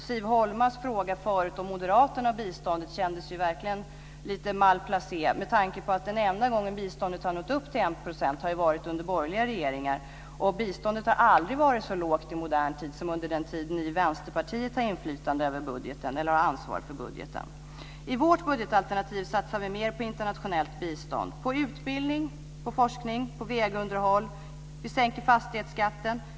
Siv Holmas fråga förut om moderaterna och biståndet kändes lite malplacerad. Den enda gång biståndet har nått upp till 1 % har varit under borgerliga regeringar. Biståndet har aldrig varit så lågt i modern tid som under den tid ni i Vänsterpartiet har haft ansvar för budgeten. I vårt budgetalternativ satsar vi mer på internationellt bistånd, utbildning, forskning och vägunderhåll. Vi sänker fastighetsskatten.